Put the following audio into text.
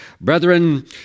brethren